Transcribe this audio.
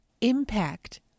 impact